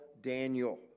Daniel